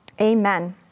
Amen